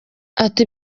ati